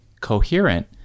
coherent